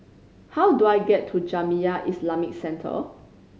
how do I get to Jamiyah Islamic Centre